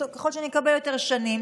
ככל שאני אקבל יותר שנים,